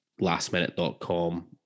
Lastminute.com